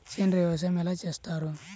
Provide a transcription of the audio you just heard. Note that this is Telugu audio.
సేంద్రీయ వ్యవసాయం ఎలా చేస్తారు?